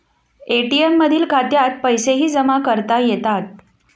ATM मधील खात्यात पैसेही जमा करता येतात